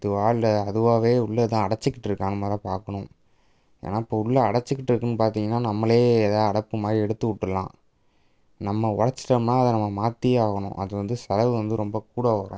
இதுவா இல்லை அதுவாகவே உள்ள எதுவும் அடைச்சிக்கிட்ருக்கான்னு முத பார்க்கணும் ஏன்னா இப்போ உள்ள அடைச்சிக்கிட்ருக்குன்னு பார்த்தீங்கன்னா நம்மளே எதா அடைப்பு மாதிரி எடுத்து விட்ரலாம் நம்ம உடச்சிட்டோன்னா அதை நம்ம மாற்றியே ஆகணும் அது வந்து செலவு வந்து ரொம்ப கூட வரும்